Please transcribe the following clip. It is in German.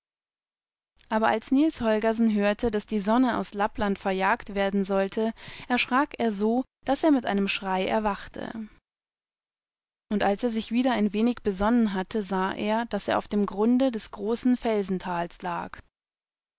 aber als niels holgersen hörte daß die sonne aus lappland verjagt werden sollte erschrakerso daßermiteinemschreierwachte und als er sich wieder ein wenig besonnen hatte sah er daß er auf dem grunde des großen felsentals lag